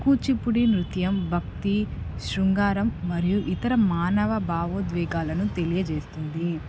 కూచిపుడి నృత్యం భక్తి శృంగారం మరియు ఇతర మానవ భావోద్వేగాలను తెలియజేస్తుంది